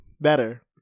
Better